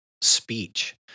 speech